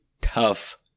tough